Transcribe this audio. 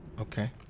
Okay